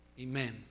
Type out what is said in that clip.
Amen